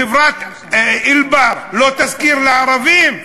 חברת "אלבר" לא תשכיר לערבים,